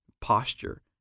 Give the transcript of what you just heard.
posture